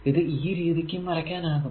ഇത് ഈ രീതിക്കും വരയ്ക്കാനാകും